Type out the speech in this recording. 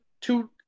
two